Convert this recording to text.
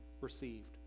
received